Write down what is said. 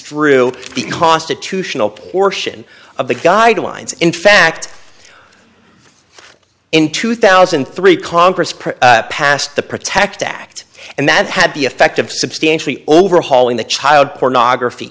the constitutional portion of the guidelines in fact in two thousand and three congress pretty passed the protect act and that had the effect of substantially overhauling the child pornography